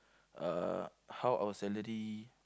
uh how our salary